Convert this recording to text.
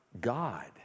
God